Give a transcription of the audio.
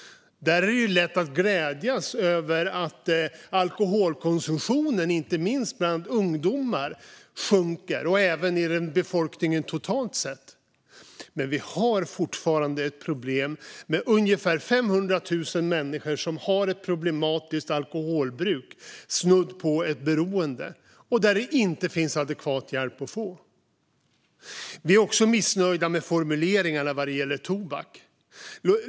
Där är det lätt att glädjas över att alkoholkonsumtionen sjunker, inte minst bland ungdomar men även i befolkningen totalt sett. Men vi har fortfarande ett problem med ungefär 500 000 människor som har ett problematiskt alkoholbruk, snudd på ett beroende, där det inte finns adekvat hjälp att få. Vi är också missnöjda med formuleringarna när det gäller tobak.